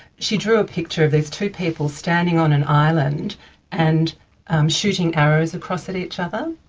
she drew a picture of these two people standing on an island and shooting arrows across at each other,